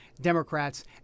Democrats